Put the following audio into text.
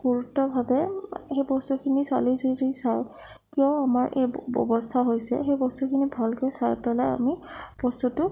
গুৰুত্বভাৱে সেই বস্তুখিনি চালি জাৰি চাওঁ কিয় আমাৰ এই অৱস্থা হৈছে সেই বস্তুখিনি ভালকৈ চাই পেলাই আমি বস্তুটো